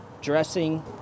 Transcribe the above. dressing